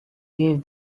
gave